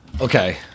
Okay